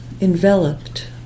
enveloped